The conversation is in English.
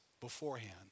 beforehand